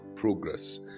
progress